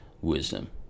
wisdom